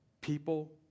People